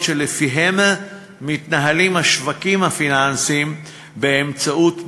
שלפיהם השווקים הפיננסיים מתנהלים באמצעות מידע,